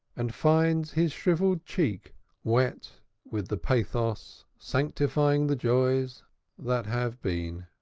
and finds his shrivelled cheek wet with the pathos sanctifying the joys that have been.